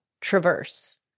traverse